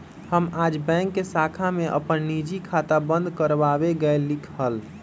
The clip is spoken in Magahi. हम आज बैंक के शाखा में अपन निजी खाता बंद कर वावे गय लीक हल